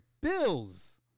bills